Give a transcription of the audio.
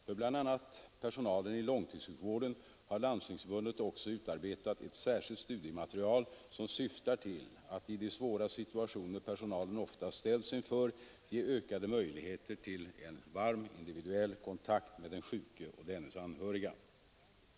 För bl.a. personalen i långtidssjukvården har Landstingsförbundet också utarbetat ett särskilt studiematerial som syftar till att i de svåra situationer personalen ofta ställs inför ge ökade möjligheter till en varm individuell kontakt med den sjuke och dennes anhöriga.